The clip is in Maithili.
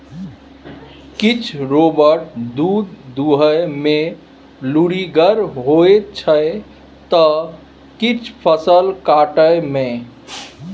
किछ रोबोट दुध दुहय मे लुरिगर होइ छै त किछ फसल काटय मे